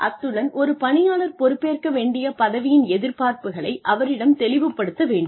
அத்துடன் ஒரு பணியாளர் பொறுப்பேற்க வேண்டிய பதவியின் எதிர்பார்ப்புகளை அவரிடம் தெளிவுபடுத்த வேண்டும்